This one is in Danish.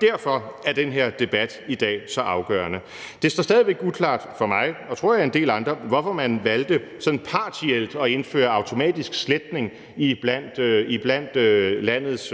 Derfor er den her debat i dag så afgørende. Det står stadig væk uklart for mig og for en del andre, tror jeg, hvorfor man valgte sådan partielt at indføre automatisk sletning blandt landets